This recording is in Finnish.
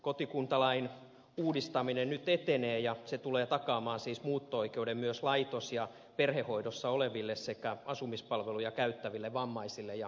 kotikuntalain uudistaminen nyt etenee ja se tulee takaamaan siis muutto oikeuden myös laitos ja perhehoidossa oleville sekä asumispalveluja käyttäville vammaisille ja vanhuksille